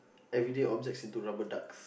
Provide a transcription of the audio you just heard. everyday objects into rubber ducks